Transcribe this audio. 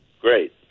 Great